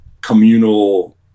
communal